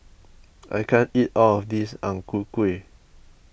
I can't eat all of this Ang Ku Kueh